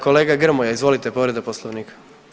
Kolega Grmoja izvolite povreda poslovnika.